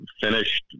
finished